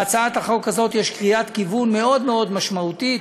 בהצעת החוק הזאת יש קריאת כיוון מאוד מאוד משמעותית.